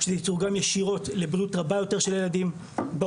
שזה יתרום גם ישירות לבריאות רבה יותר של ילדים בהווה,